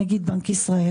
לא התכוונתי לגבי בנק ישראל,